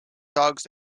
dogs